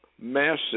massive